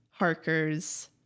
harkers